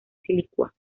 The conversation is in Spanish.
silicua